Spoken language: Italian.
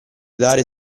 dare